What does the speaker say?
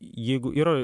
jeigu yra